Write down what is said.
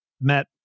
met